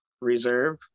reserve